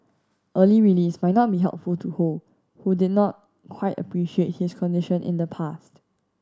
early release might not be helpful to Ho who did not quite appreciate his condition in the past